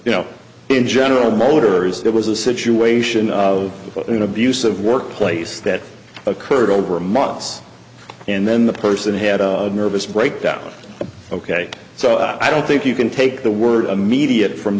you know in general motors it was a situation of what an abusive workplace that occurred over months and then the person had a nervous breakdown ok so i don't think you can take the word immediate from